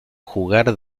jugar